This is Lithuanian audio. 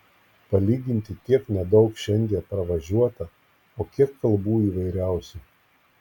palyginti tiek nedaug šiandie pravažiuota o kiek kalbų įvairiausių